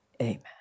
Amen